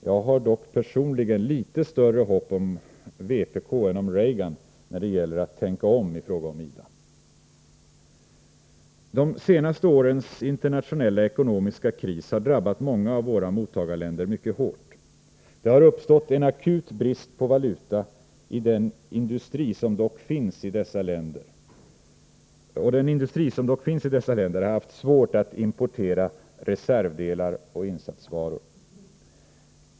Jag har dock personligen litet större hopp om vpk än om Reagan när det gäller att tänka om i fråga om IDA. De senaste årens internationella ekonomiska kris har drabbat många av våra mottagarländer mycket hårt. Det har uppstått en akut brist på valuta, och den industri som dock finns i dessa länder har haft svårt att importera reservdelar och insatsvaror.